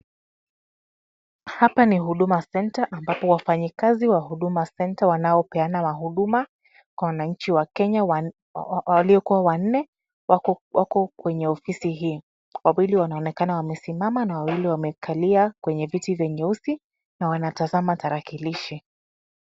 Hapa ni huduma centre ambao wafanyikazi kwa huduma centre wanaopeana huduma kwa wananchi wa kenya waliokuwa wanne wako kwenye ofisi hii. Wawili wanaonekana wamesimama na wawili kwenye viti vya nyeusi na wanatazama tarakilishi.